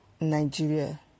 Nigeria